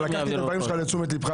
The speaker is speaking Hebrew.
אבל לקחתי את הדברים שלך לתשומת ליבי,